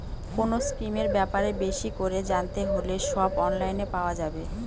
কোনো স্কিমের ব্যাপারে বেশি করে জানতে হলে সব অনলাইনে পাওয়া যাবে